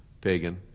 pagan